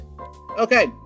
okay